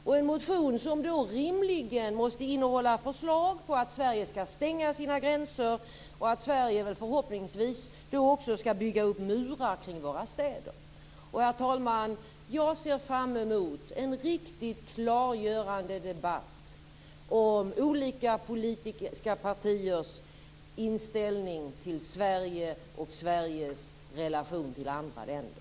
Denna motion måste då rimligen innehålla förslag om att Sverige skall stänga sina gränser och om att Sverige väl då också förhoppningsvis skall bygga upp murar kring sina städer. Herr talman! Jag ser fram emot en riktigt klargörande debatt om olika politiska partiers inställning till Sverige och om Sveriges relationer till andra länder.